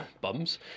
bums